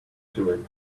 doing